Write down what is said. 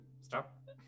Stop